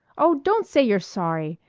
oh, don't say you're sorry!